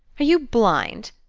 are you blind?